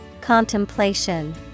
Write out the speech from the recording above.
Contemplation